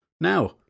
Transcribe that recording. Now